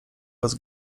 bez